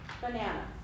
banana